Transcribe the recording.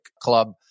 Club